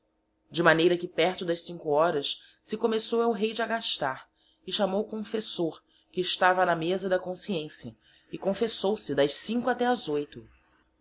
de maneira que perto das cinco horas se começou el rei de agastar e chamou confessor que estava na mesa da consciencia e confessou se das cinco até as oito